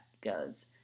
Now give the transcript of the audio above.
goes